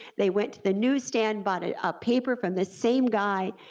they went to the newsstand, bought a ah paper from the same guy.